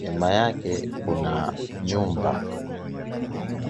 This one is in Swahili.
nyuma yake kuna nyumba.